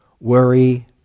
worry